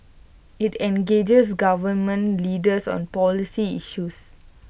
IT engages government leaders on policy issues